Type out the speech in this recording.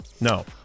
No